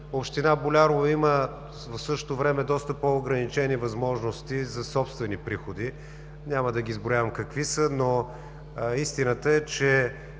Община Болярово има доста по-ограничени възможности за собствени приходи – няма да ги изброявам какви са, но истината е, че